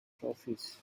trophies